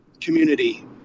community